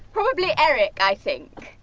probably eric, i think.